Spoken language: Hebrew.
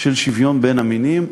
של שוויון בין המינים.